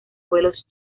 vuelos